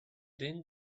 din